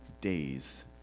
days